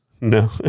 No